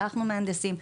שלחנו מהנדסים.